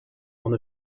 one